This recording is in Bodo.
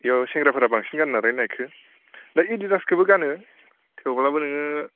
बेयाव सेंग्राफोरा बांसिन गानमारो नाइकिखौ दा एडिडासखौबो गानो थेवब्लाबो नोङो